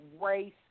Race